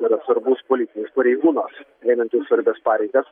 yra svarbus politinis pareigūnas einantis svarbias pareigas